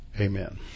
amen